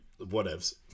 Whatevs